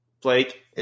Blake